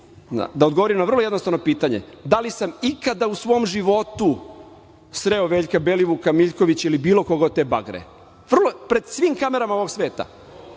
da odgovorim na vrlo jednostavno pitanje - da li sam ikada u svom životu sreo Veljka Belivuka, Miljkovića ili bilo koga od te bagre. Pred svim kamerama ovog sveta.